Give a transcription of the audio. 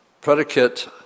predicate